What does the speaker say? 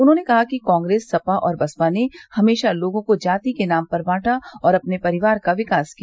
उन्होंने कहा कि कांग्रेस सपा और बसपा ने हमेशा लोगों को जाति के नाम पर बांटा और अपने परिवार का विकास किया